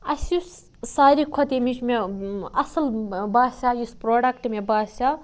اَسہِ یُس ساروی کھۄتہٕ ییٚمِچ مےٚ اَصٕل باسیٛو یُس پرٛوڈَکٹ مےٚ باسیٛو